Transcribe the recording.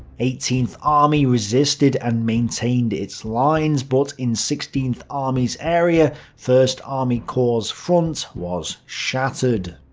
eighteenth army resisted and maintained its lines. but in sixteenth army's area, first army corps' front was shattered.